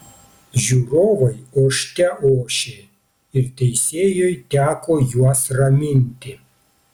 žiūrovai ošte ošė ir teisėjui teko juos raminti